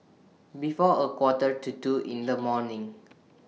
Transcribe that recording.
before A Quarter to two in The morning